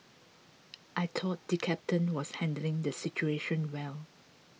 I thought the captain was handling the situation well